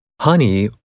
Honey